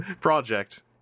project